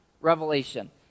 revelation